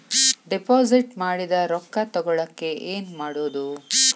Deposit ಮಾಡಿದ ರೊಕ್ಕ ತಗೋಳಕ್ಕೆ ಏನು ಮಾಡೋದು?